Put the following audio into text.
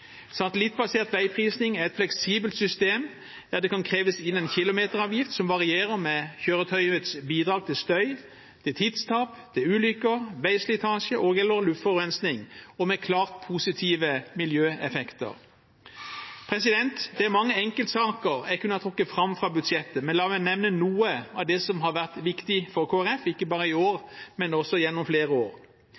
Satellittbasert veiprising er et fleksibelt system der det kan kreves inn en kilometeravgift som varierer med kjøretøyets bidrag til støy, tidstap, ulykker, veislitasje og/eller luftforurensning og med klart positive miljøeffekter. Det er mange enkeltsaker jeg kunne ha trukket fram fra budsjettet, men la meg nevne noe av det som har vært viktig for Kristelig Folkeparti, ikke bare i år,